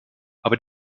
aber